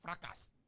fracas